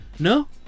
No